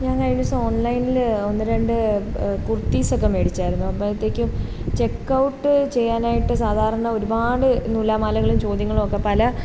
ഞാൻ കഴിഞ്ഞ ദിവസം ഓൺലൈനിൽ ഒന്ന് രണ്ട് കുർത്തീസൊക്കെ മേടിച്ചായിരുന്നു അപ്പോഴത്തേക്കും ചെക്കൗട്ട് ചെയ്യാനായിട്ട് സാധാരണ ഒരുപാട് നൂലാമാലകളും ചോദ്യങ്ങളൊക്കെ പല